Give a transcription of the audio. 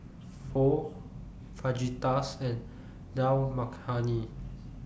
Pho Fajitas and Dal Makhani